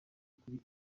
kuri